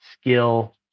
skill